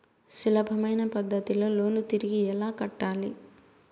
సులభమైన పద్ధతిలో లోను తిరిగి ఎలా కట్టాలి